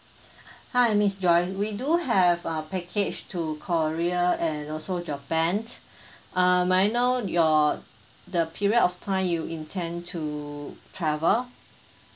hi miss joy we do have a package to korea and also japan uh may I know your uh the period of time you intend to travel